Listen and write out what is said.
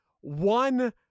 one